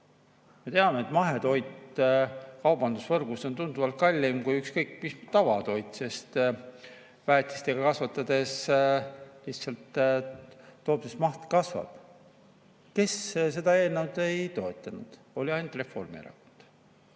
Me teame, et mahetoit on kaubandusvõrgus tunduvalt kallim kui ükskõik mis tavatoit, sest väetistega kasvatades lihtsalt tootmismaht kasvab. Kes seda eelnõu ei toetanud? Ainult Reformierakond.